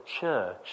church